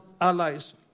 allies